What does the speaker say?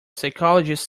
psychologist